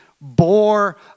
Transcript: bore